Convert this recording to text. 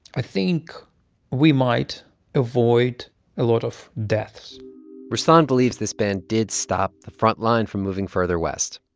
i think we might avoid a lot of deaths ruslan believes this ban did stop the front line from moving further west.